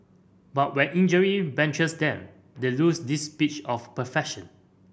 but when injury benches them they lose this pitch of perfection